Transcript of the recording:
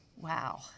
wow